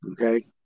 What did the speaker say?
Okay